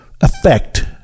effect